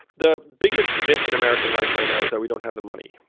the biggest myth in american life right now is that we don't have the money.